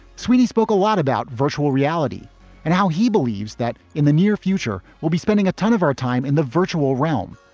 sweeney spoke a lot about virtual reality and how he believes that in the near future we'll be spending a ton of our time in the virtual realm,